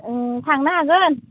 थांनो हागोन